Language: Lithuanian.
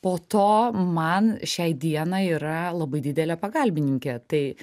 po to man šiai dienai yra labai didelė pagalbininkė tai